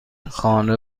خانه